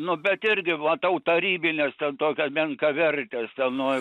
nu bet irgi matau tarybines ten tokia menkavertes ten nuo